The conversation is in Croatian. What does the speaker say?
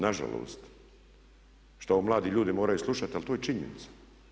Na žalost što ovo mladi ljudi moraju slušati, ali to je činjenica.